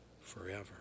forever